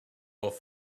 off